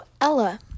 Ella